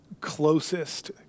closest